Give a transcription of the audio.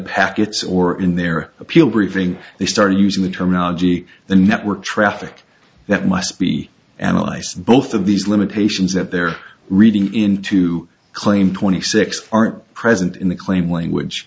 packets or in their appeal briefing they start using the terminology the network traffic that must be analyzed both of these limitations that they're reading into claim twenty six aren't present in the claim language